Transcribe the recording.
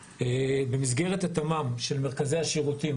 במסגרת תיקון התמ"מ של מרכזי השירותים